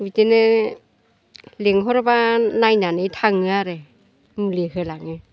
बिदिनो लिंहरब्ला नायनानै थांङो आरो मुलि होलाङो